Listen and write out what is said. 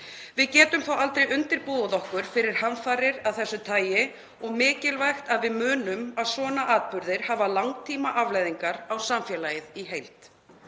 Við getum þó aldrei undirbúið okkur fyrir hamfarir af þessu tagi og mikilvægt að við munum að svona atburðir hafa langtímaafleiðingar á samfélagið í heild.